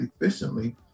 efficiently